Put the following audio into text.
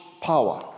power